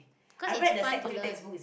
'cause it's fun to learn